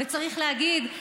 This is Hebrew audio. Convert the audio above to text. וצריך להגיד,